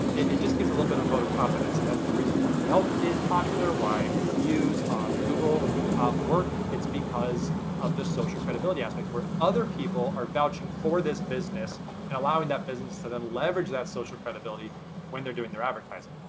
it just gives a little bit of vote of confidence and that's the reason why yelp! is popular, why reviews on google work. it's because of this social credibility aspect, where other people are vouching for this business and allowing that business to then leverage that social credibility when they're doing they're advertising.